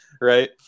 Right